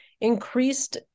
Increased